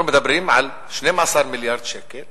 אנחנו מדברים על 12 מיליארד שקלים